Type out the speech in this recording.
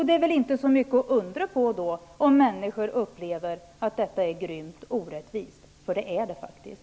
Det är väl inte att undra på om människor upplever att skolpengssystemet är grymt orättvist. Det är det faktiskt.